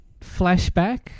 Flashback